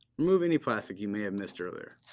remove any plastic you may have missed earlier.